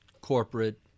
corporate